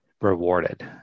rewarded